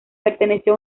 perteneció